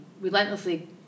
relentlessly